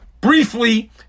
Briefly